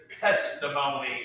testimony